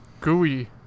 Gooey